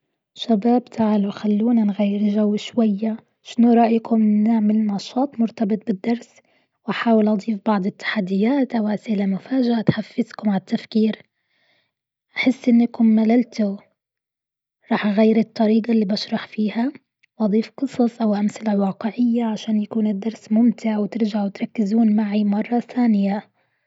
شباب تعالوا خلونا نغير الجو شوية. شنو رأيكن نعمل نشاط مرتبط بالدرس? وأحاول أضيف بعض التحديات أو أسئلة مفاجأة تحفزكم عالتفكير. حسي أنكم مللتوا. راح أغير الطريقة اللي بشرح فيها. أاضيف قصص أو أمثلة واقعية عشان يكون الدرس ممتع وترجعوا تركزون معي مرة ثانية.